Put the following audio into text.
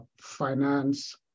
finance